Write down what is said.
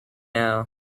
now